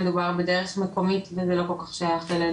מדובר בדרך מקומית וזה לא כל כך שייך אלינו.